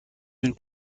une